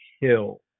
Hill